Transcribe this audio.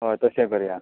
हय तशें करुया